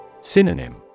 Synonym